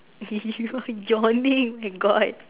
you are yawning god